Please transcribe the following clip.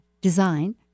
design